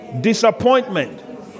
disappointment